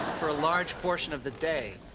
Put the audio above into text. for a large portion of the day.